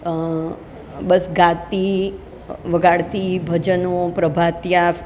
બસ ગાતી વગાડતી ભજનો પ્રભાતિયા